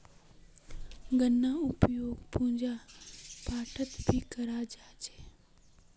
गन्नार उपयोग पूजा पाठत भी कराल जा छे